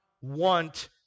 want